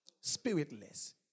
Spiritless